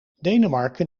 denemarken